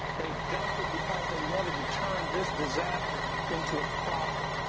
they dumped it because they wanted to turn this disaster into a profit.